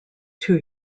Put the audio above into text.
two